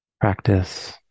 practice